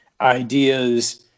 ideas